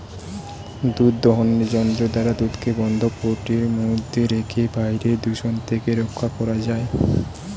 দুধ দোহনের যন্ত্র দ্বারা দুধকে বন্ধ কৌটোর মধ্যে রেখে বাইরের দূষণ থেকে রক্ষা করা যায়